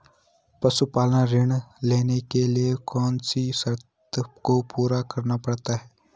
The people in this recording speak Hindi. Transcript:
पशुपालन ऋण लेने के लिए कौन सी शर्तों को पूरा करना पड़ता है?